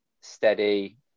steady